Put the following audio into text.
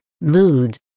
mood